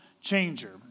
changer